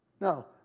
No